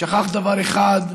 הוא שכח דבר אחד: